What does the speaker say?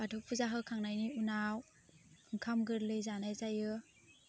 बाथौ फुजा होखांनायनि उनाव ओंखाम गोरलै जानाय जायो